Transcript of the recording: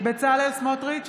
בצלאל סמוטריץ'